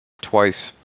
twice